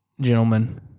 gentlemen